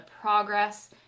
progress